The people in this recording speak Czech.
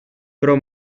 pro